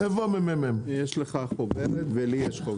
יש לך חוברת ולי יש חוברת.